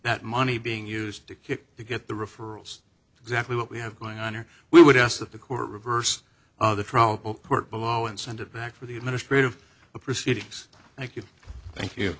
that money being used to kick to get the referrals exactly what we have going on or we would ask that the court reverse the trial court below and send it back for the administrative proceedings thank you thank you